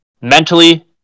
mentally